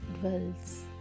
dwells